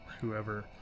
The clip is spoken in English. whoever